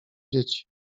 dzieci